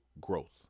growth